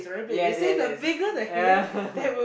yes yes yes yeah